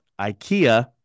IKEA